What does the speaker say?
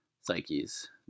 psyches